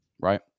right